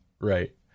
right